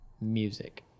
Music